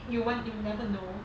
you weren't you will never know